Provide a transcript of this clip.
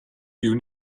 you